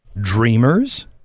dreamers